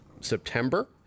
September